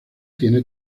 tiene